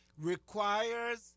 requires